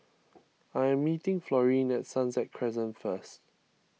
I am meeting Florine at Sunset Crescent first